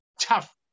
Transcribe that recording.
tough